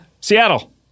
Seattle